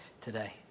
today